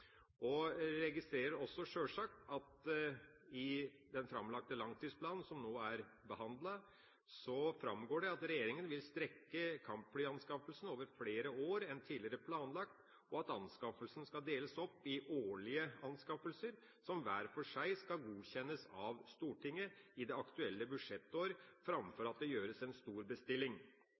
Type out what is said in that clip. at en registrerer at regjeringa har tatt signalene og bekymringene for overskridelser på alvor. I den framlagte langtidsplanen, som nå er behandlet, framgår det at regjeringa vil strekke kampflyanskaffelsen over flere år enn tidligere planlagt, og at anskaffelsen skal deles opp i årlige anskaffelser som hver for seg skal godkjennes av Stortinget i det aktuelle budsjettår, framfor at det gjøres én stor bestilling.